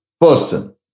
person